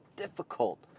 Difficult